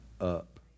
up